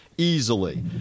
easily